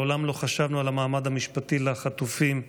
מעולם לא חשבנו על המעמד המשפטי של חטופים ולנעדרים.